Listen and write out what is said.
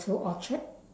to orchard